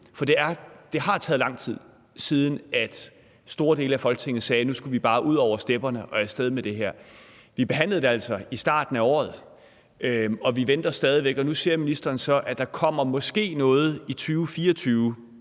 for det har taget lang tid, siden store dele af Folketinget sagde, at nu skulle vi bare ud over stepperne og af sted med det her. Vi behandlede det altså i starten af året, og vi venter stadig væk. Nu siger ministeren så, at der måske kommer noget i 2024.